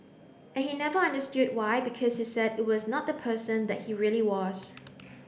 and he never understood why because he said it was not the person that he really was